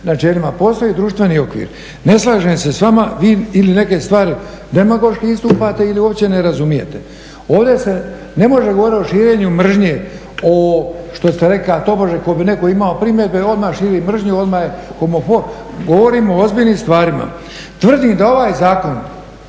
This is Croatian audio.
načelima, postoji i društveni okvir. Ne slažem se s vama, vi ili neke stvari demagoški istupate ili uopće ne razumijete. Ovdje se ne može govoriti o širenju mržnje, što ste rekli ako bi neko imao primjedbe, odmah širi mržnju, odmah je homofob. Govorimo o ozbiljnim stvarima. Tvrdim da ovaj zakon